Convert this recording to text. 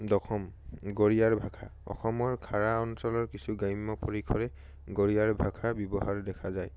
দশম গৰীয়াৰ ভাষা অসমৰ খাৰা অঞ্চলৰ কিছু গ্ৰাম্য পৰিসৰে গৰীয়াৰ ভাষা ব্যৱহাৰ দেখা যায়